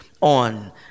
on